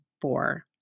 four